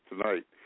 tonight